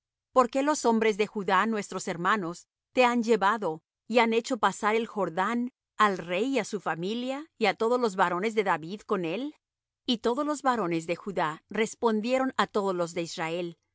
por qué los hombres de judá nuestros hermanos te han llevado y han hecho pasar el jordán al rey y á su familia y á todos los varones de david con él y todos los varones de judá respondieron á todos los de israel